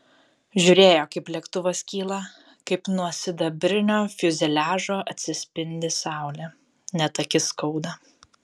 žiūrėjo kaip lėktuvas kyla kaip nuo sidabrinio fiuzeliažo atsispindi saulė net akis skauda